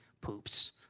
poops